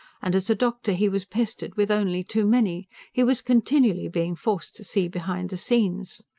and as a doctor he was pestered with only too many he was continually being forced to see behind the scenes.